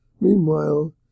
Meanwhile